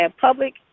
public